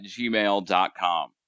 gmail.com